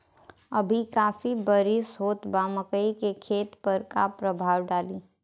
अभी काफी बरिस होत बा मकई के खेत पर का प्रभाव डालि?